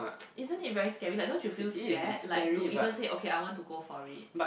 isn't it very scary like don't you feel scared like to even say okay I want to go for it